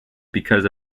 because